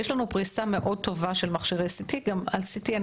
יש לנו פריסה מאוד גבוהה של מכשירי CT. על CT אני